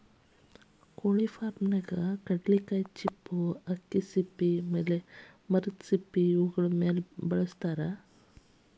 ಕೊಳಿ ಫಾರ್ಮನ್ಯಾಗ ಕಡ್ಲಿಕಾಯಿ ಚಿಪ್ಪು ಅಕ್ಕಿ ಸಿಪ್ಪಿ ಮರದ ಸಿಪ್ಪಿ ಇವುಗಳ ಮೇಲೆ ಬೆಳಸತಾರ